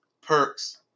Perks